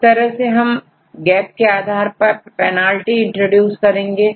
इस केस में हम गेट के आधार पर पेनाल्टी इंट्रोड्यूस करेंगे